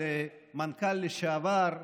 על המנכ"ל לשעבר פרופ'